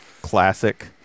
classic